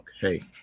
hey